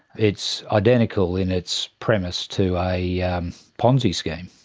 it's identical in its premise to a ponzi scheme.